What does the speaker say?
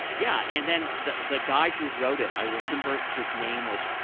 yeah, and then the the guy who wrote it, i remember his name was,